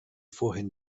vorhin